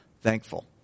Thankful